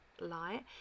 light